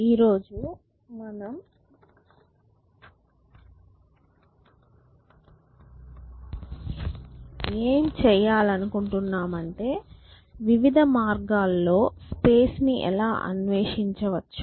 ఈ రోజు మనం ఎం చెయ్యాలనుకుంటున్నామంటే వివిధ మార్గాల్లో స్పేస్ ని ఎలా అన్వేషించవచ్చు